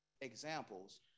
examples